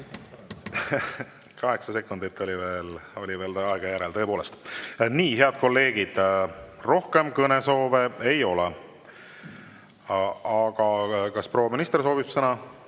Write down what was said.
Kaheksa sekundit oli veel aega, tõepoolest. Nii, head kolleegid, rohkem kõnesoove ei ole. Kas proua minister soovib sõna?